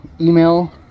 email